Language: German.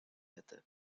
hätte